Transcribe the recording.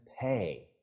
pay